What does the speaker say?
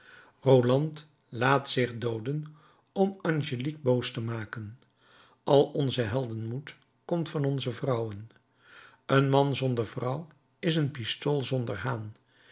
roland laat zich dooden om angélique boos te maken al onze heldenmoed komt van onze vrouwen een man zonder vrouw is een pistool